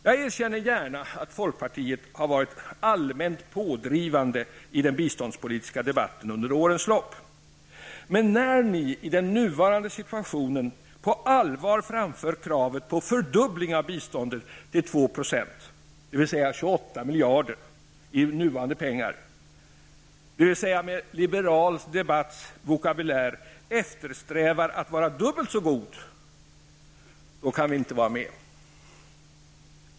Jag erkänner gärna att folkpartiet varit allmänt pådrivande i den biståndspolitiska debatten under årens lopp, men när ni i den nuvarande situationen på allvar framför kravet på fördubbling av biståndet till 2 % dvs. 28 miljarder, dvs. med Liberal Debatts vokabulär eftersträvar att vara dubbelt så god, då kan vi inte vara med.